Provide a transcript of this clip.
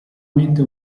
mente